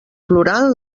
plorant